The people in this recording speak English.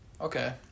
Okay